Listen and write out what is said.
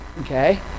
Okay